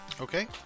Okay